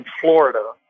Florida